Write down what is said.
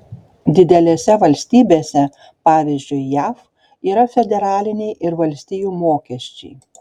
didelėse valstybėse pavyzdžiui jav yra federaliniai ir valstijų mokesčiai